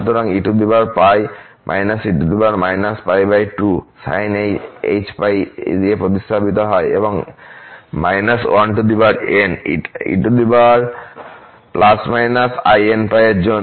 সুতরাং eπ−e−π 2 sinhπ দিয়ে প্রতিস্থাপিত হয় এবং −1n e±inπ এর জন্য